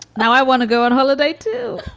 now i want to go on holiday to